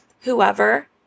whoever